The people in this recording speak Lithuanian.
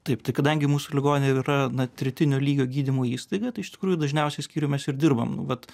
taip tai kadangi mūsų ligoninė yra na tretinio lygio gydymo įstaiga tai iš tikrųjų dažniausiai skyriuj mes ir dirbam vat